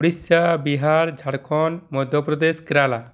Orissa Bihar Jharkhand Madhya Pradesh Kerala